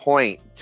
point